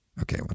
Okay